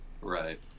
Right